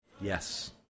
yes